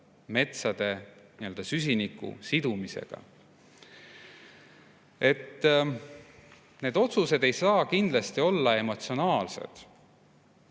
metsade süsinikusidumisega. Need otsused ei saa kindlasti olla emotsionaalsed.